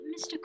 Mr